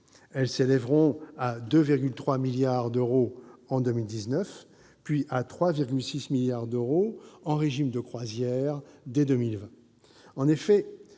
elles s'élèveront à 2,3 milliards d'euros en 2019, puis à 3,6 milliards d'euros en régime de croisière, dès 2020.